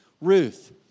Ruth